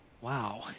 Wow